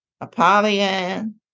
Apollyon